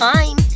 Time